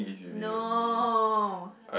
no